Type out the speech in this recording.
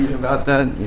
about that.